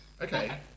Okay